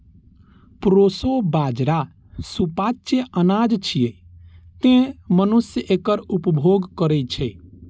proso बाजारा सुपाच्य अनाज छियै, तें मनुष्य एकर उपभोग करै छै